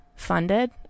funded